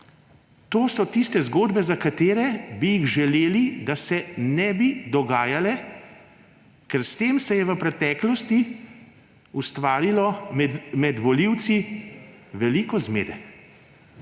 To so zgodbe, za katere bi želeli, da se ne bi dogajale, ker se je s tem v preteklosti ustvarilo med volivci veliko zmede.